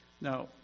Now